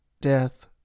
death